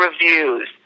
reviews